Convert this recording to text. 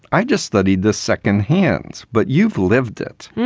i just studied the second hand, but you've lived it.